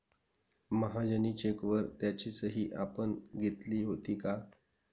महाजनी चेकवर त्याची सही आपण घेतली होती का?